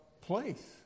place